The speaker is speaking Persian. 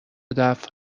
دفع